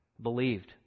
believed